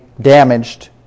damaged